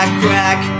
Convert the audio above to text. crack